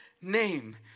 name